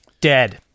dead